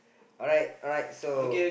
alright alright so